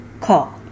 call